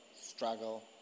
struggle